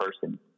person